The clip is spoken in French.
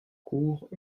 cours